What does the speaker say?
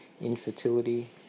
infertility